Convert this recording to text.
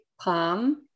Palm